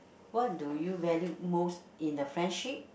what do you valued most in a friendship